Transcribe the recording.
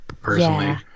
personally